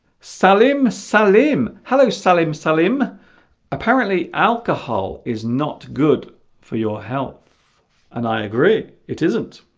selim selim hello selim selim apparently alcohol is not good for your health and i agree it isn't